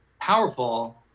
powerful